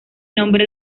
nombre